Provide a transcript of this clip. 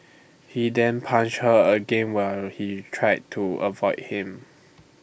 he then punched her again while she tried to avoid him